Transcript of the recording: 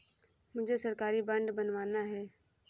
मुझे सरकारी बॉन्ड बनवाना है